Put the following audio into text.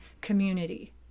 community